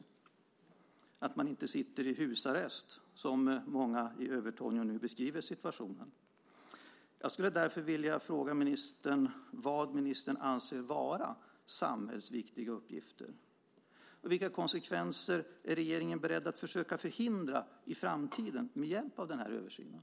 Man ska inte sitta i husarrest, såsom många i Övertorneå beskriver situationen. Jag skulle därför vilja fråga ministern vad hon anser vara "samhällsviktiga uppgifter". Vilka framtida konsekvenser är regeringen beredd att försöka förhindra med hjälp av översynen?